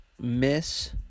Miss